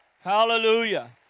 Hallelujah